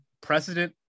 precedent